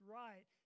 right